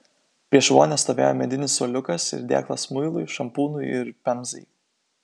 prieš vonią stovėjo medinis suoliukas ir dėklas muilui šampūnui ir pemzai